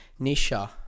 Nisha